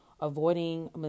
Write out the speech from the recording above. avoiding